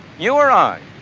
you or i,